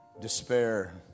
despair